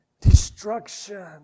destruction